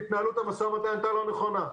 התנהלות המשא ומתן הייתה לא נכונה.